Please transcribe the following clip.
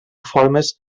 formes